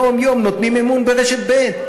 יום-יום נותנים אמון ברשת ב'.